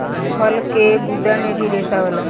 फल के गुद्दा मे भी रेसा होला